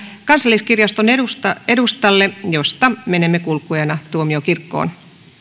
kansalliskirjaston edustalle edustalle josta menemme kulkueena tuomiokirkkoon